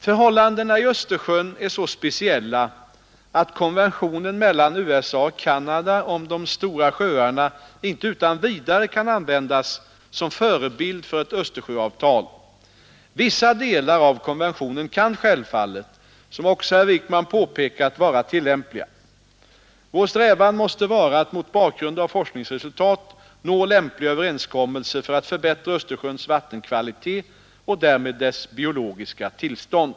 Förhållandena i Östersjön är så speciella att konventionen mellan USA och Canada om De stora sjöarna inte utan vidare kan användas som förebild för ett Östersjöavtal. Vissa delar av konventionen kan självfallet — som också herr Wijkman påpekat — vara tillämpliga. Vår strävan måste vara att mot bakgrund av forskningsresultat nå lämpliga överenskom melser för att förbättra Östersjöns vattenkvalité och därmed dess biologiska tillstånd.